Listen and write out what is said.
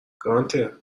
گانتر